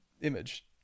image